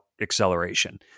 acceleration